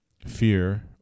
fear